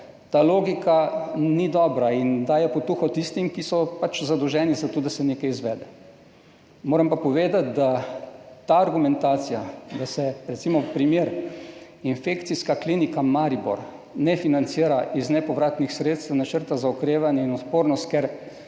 ta logika ni dobra in daje potuho tistim, ki so pač zadolženi za to, da se nekaj izvede. Moram pa povedati, da ta argumentacija, da se, recimo, infekcijska klinika v Mariboru ne financira iz nepovratnih sredstev Načrta za okrevanje in odpornost,